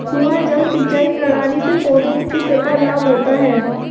कुआँ जल सिंचाई प्रणाली से पौधों को किस प्रकार लाभ होता है?